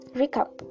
recap